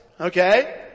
okay